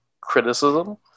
criticism